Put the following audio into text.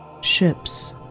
Ships